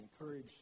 encourage